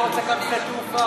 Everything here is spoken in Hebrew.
לא רוצה גם שדה תעופה.